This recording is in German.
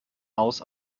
maus